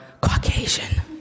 Caucasian